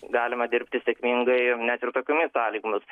galima dirbti sėkmingai net ir tokiomis sąlygomis